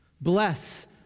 Bless